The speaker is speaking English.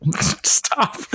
stop